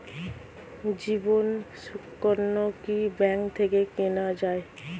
জীবন সুকন্যা কি ব্যাংক থেকে কেনা যায়?